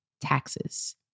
taxes